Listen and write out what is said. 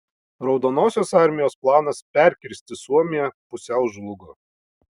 raudonosios armijos planas perkirsti suomiją pusiau žlugo